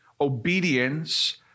obedience